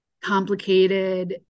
complicated